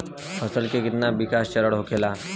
फसल के कितना विकास चरण होखेला?